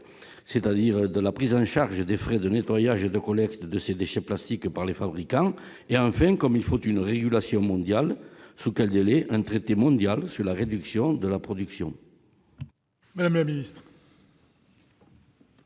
c'est-à-dire de la prise en charge des frais de nettoyage de collecte de ces déchets plastique par les fabricants et enfin comme il faut une régulation mondiale, sous quels délais un traité mondial sur la réduction de la production.